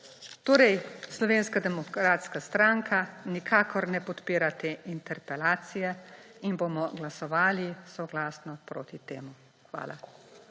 Torej Slovenska demokratska stranka nikakor ne podpira te interpelacije in bomo glasovali soglasno proti temu. Hvala.